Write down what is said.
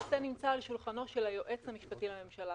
הנושא נמצא על שולחנו של היועץ המשפטי לממשלה